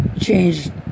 changed